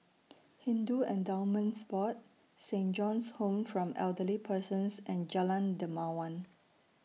Hindu Endowments Board Saint John's Home from Elderly Persons and Jalan Dermawan